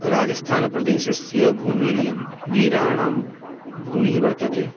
राजस्थानप्रदेशस्य भूमिरियं वीराणां भूमिः वर्तते